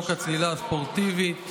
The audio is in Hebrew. הצלילה הספורטיבית.